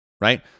right